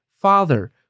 Father